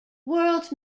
world